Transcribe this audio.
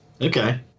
Okay